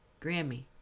grammy